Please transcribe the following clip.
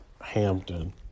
Hampton